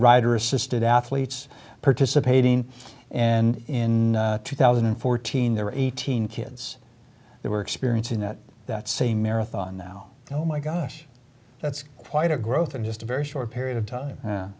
rider assisted athletes participating and in two thousand and fourteen there were eighteen kids they were experiencing that that same marathon now oh my gosh that's quite a growth in just a very short period of time